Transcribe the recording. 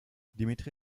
dimitri